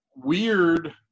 Weird